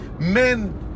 Men